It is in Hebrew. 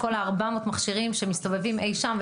על כל 400 המכשירים שמסתובבים אי שם,